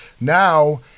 now